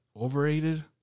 Overrated